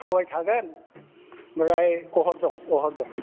सबाय थागोन ओमफ्राय अहर दं अहर दं